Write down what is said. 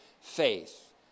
faith